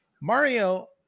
Mario